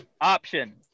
Option